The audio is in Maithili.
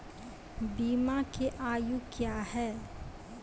बीमा के आयु क्या हैं?